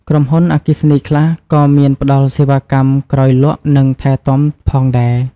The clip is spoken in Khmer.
ក្រុមហ៊ុនអគ្គីសនីខ្លះក៏មានផ្តល់សេវាកម្មក្រោយលក់ និងថែទាំផងដែរ។